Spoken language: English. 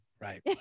right